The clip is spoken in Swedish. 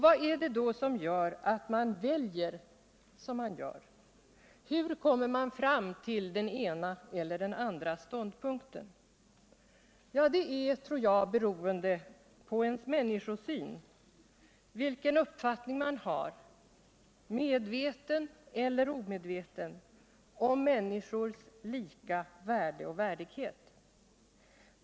Varför väljer man då som man gör? Hur kommer man fram till den ena eller den andra ståndpunkten? Ja, jag tror det är beroende på ens människosyn vilken uppfattning man har, medveten celler omedveten, om människors lika värde och värdighet.